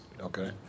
Okay